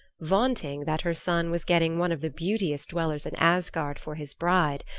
vaunting that her son was getting one of the beauteous dwellers in asgard for his bride,